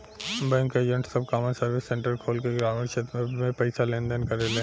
bank के agent सब common service centre खोल के ग्रामीण क्षेत्र में भी पईसा के लेन देन करेले